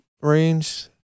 range